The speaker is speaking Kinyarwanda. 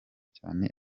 cyane